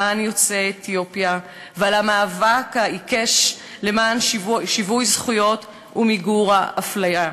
למען יוצאי אתיופיה ועל המאבק העיקש למען שיווי זכויות ומיגור האפליה.